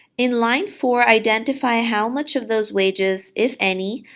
in line four, identify how much of those wages, if any,